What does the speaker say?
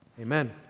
Amen